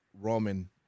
Roman